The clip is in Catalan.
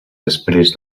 després